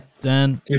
dan